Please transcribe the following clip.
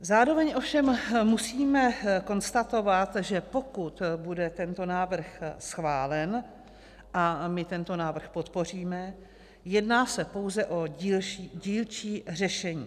Zároveň ovšem musím konstatovat, že pokud bude tento návrh schválen, a my tento návrh podpoříme, jedná se pouze o dílčí řešení.